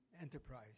enterprise